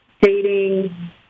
dating